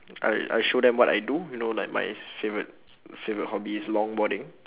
I I show them what I do you know like my favourite favourite hobby is longboarding